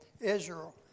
Israel